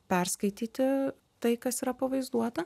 perskaityti tai kas yra pavaizduota